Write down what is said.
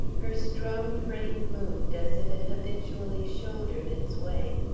her strong frame moved as if it habitually shouldered its way.